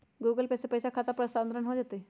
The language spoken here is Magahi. गूगल पे से पईसा खाता पर स्थानानंतर हो जतई?